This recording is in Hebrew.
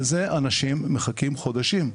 על זה אנשים מחכים חודשים.